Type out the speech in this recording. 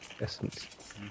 essence